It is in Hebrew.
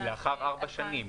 לאחר ארבע שנים,